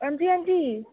हंजी हंजी